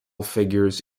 figures